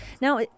Now